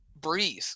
breathe